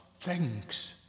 thanks